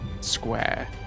square